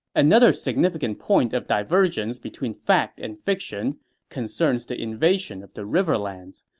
another significant point of divergence between fact and fiction concerns the invasion of the riverlands.